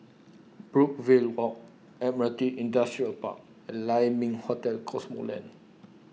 Brookvale Walk Admiralty Industrial Park and Lai Ming Hotel Cosmoland